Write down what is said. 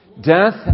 Death